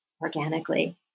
organically